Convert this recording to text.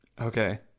Okay